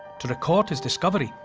to record his discovery,